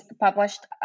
published